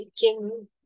King